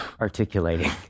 articulating